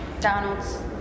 Donalds